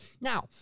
Now